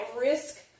risk